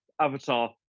Avatar